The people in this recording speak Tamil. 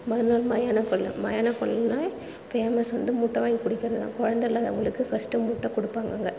மறுநாள் மயானக்கொள்ளை மயானக்கொள்ளைன்னாவே ஃபேமஸ் வந்து முட்டை வாங்கி குடிக்கிறது தான் குழந்த இல்லாதவங்களுக்கு ஃபஸ்ட்டு முட்டை கொடுப்பாங்க அங்கே